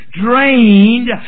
drained